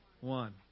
one